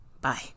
Bye